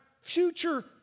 future